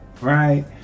right